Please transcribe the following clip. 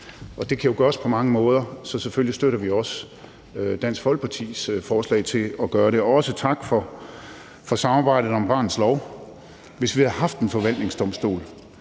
og det kan jo gøres på mange måder. Så selvfølgelig støtter vi også Dansk Folkepartis forslag til at gøre det, og også tak for samarbejdet om barnets lov. Hvis vi havde haft en forvaltningsdomstol,